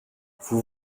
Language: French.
vous